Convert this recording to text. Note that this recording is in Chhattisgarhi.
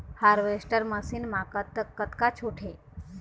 हारवेस्टर मशीन मा कतका छूट हे?